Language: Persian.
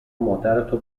مادرتو